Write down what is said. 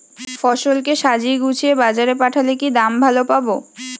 ফসল কে সাজিয়ে গুছিয়ে বাজারে পাঠালে কি দাম ভালো পাব?